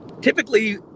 typically